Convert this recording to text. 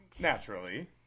naturally